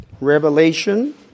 Revelation